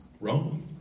wrong